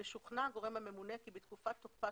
ושוכנע הגורם הממונה כי בתקופת תוקפה